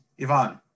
Ivan